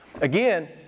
Again